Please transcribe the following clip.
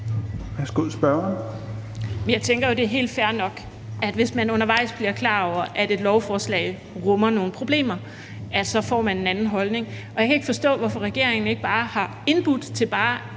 jeg tænker, at det er fair nok, at hvis man undervejs bliver klar over, at et lovforslag rummer nogle problemer, så får man en anden holdning. Jeg kan ikke forstå, hvorfor regeringen ikke har indbudt til bare